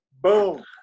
Boom